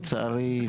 לצערי,